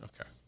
Okay